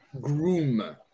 Groom